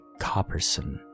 Copperson